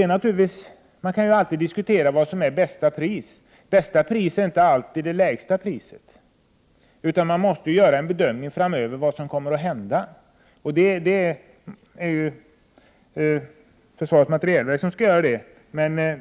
kan naturligtvis alltid diskutera vad som är bästa pris. Bästa pris är inte alltid det lägsta priset. Man måste göra en bedömning av vad som kommer att hända framöver. Det är ju försvarets materielverk som skall göra den bedömningen.